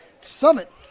Summit